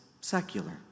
secular